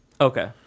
Okay